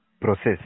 process